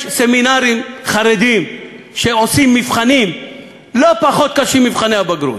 יש סמינרים חרדיים שעושים מבחנים לא פחות קשים ממבחני הבגרות.